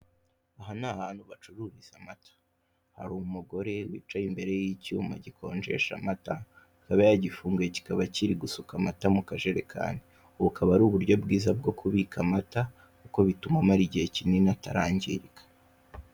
Aha ni ahantu bacururiza amata hari umugore wicaye imbere y'icyuma gikonjesha amata akaba yagifunguye kikaba kiri gusuka amata mu kajerekani. Ubu bukaba ari uburyo bwiza bwo kubika amata kuko bituma amara igihe kinini atarangirika.